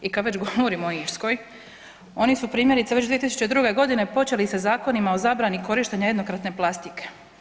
I kad već govorimo o Irskoj, oni su primjerice već 2002. godine počeli sa zakonima o zabrani korištenja jednokratne plastike.